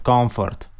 Comfort